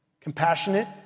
Compassionate